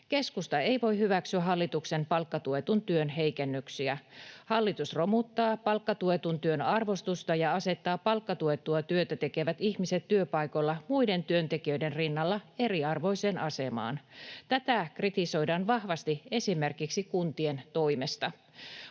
Keskusta ei voi hyväksyä hallituksen palkkatuetun työn heikennyksiä. Hallitus romuttaa palkkatuetun työn arvostusta ja asettaa palkkatuettua työtä tekevät ihmiset työpaikoilla muiden työntekijöiden rinnalla eriarvoiseen asemaan. Tätä kritisoidaan vahvasti esimerkiksi kuntien toimesta.